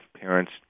parents